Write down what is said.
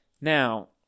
Now